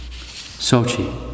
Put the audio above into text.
Sochi